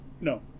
No